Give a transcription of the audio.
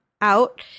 out